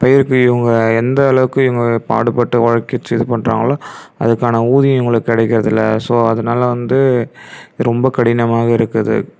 பயிருக்கு இவங்க எந்த அளவுக்கு இவங்க பாடுபட்டு உழைச்சி இது பண்ணுறாங்களோ அதுக்கான ஊதியம் இவங்களுக்கு கிடைக்கிறதில்ல ஸோ அதனால் வந்து ரொம்ப கடினமாக இருக்குது